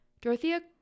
Dorothea